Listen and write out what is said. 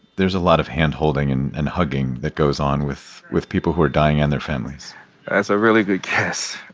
there's a lot of hand-holding and and hugging that goes on with with people who are dying and their families that's a really good guess.